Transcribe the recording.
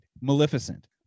Maleficent